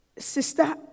Sister